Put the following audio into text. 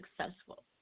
successful